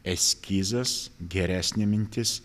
eskizas geresnė mintis